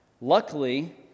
Luckily